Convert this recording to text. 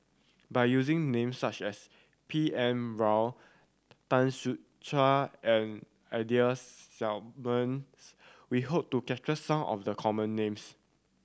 by using names such as B N Rao Tan Ser Cher and Ida Simmons we hope to capture some of the common names